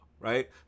Right